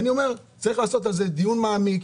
אני אומר: צריך לעשות על זה דיון מעמיק,